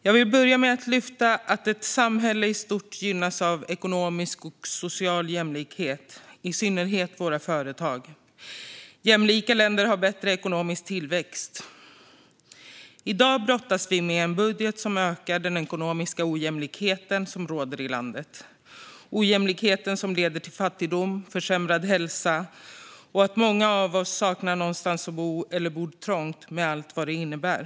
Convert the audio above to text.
Jag vill börja med att lyfta fram att ett samhälle i stort gynnas av ekonomisk och social jämlikhet, i synnerhet våra företag. Jämlika länder har bättre ekonomisk tillväxt. I dag brottas vi med en budget som ökar den ekonomiska ojämlikheten i landet. Det är en ojämlikhet som leder till fattigdom, till försämrad hälsa och till att många av oss saknar någonstans att bo eller bor trångt, med allt vad det innebär.